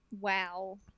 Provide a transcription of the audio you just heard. Wow